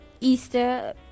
easter